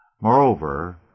Moreover